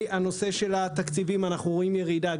לגבי התקציבים אנחנו רואים ירידה.